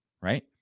Right